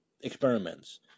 experiments